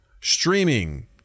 streaming